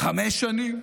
חמש שנים?